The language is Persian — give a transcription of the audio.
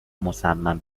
مصمم